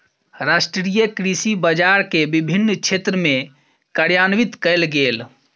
राष्ट्रीय कृषि बजार के विभिन्न क्षेत्र में कार्यान्वित कयल गेल